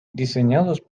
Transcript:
diseñados